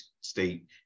state